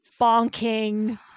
bonking